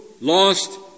lost